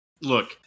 Look